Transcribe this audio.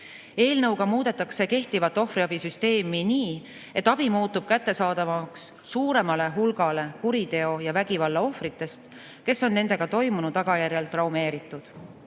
Eelnõuga muudetakse kehtivat ohvriabisüsteemi nii, et abi muutub kättesaadavamaks suuremale hulgale kuriteo- ja vägivallaohvritele, kes on nendega toimunu tagajärjel traumeeritud.